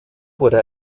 wurde